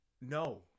no